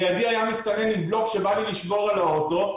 לידי היה מסתנן מבלוק שבאנו לשמור על האוטו,